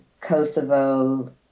Kosovo